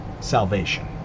salvation